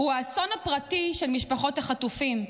זה האסון הפרטי של משפחות החטופים,